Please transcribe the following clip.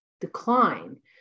Decline